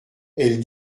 elles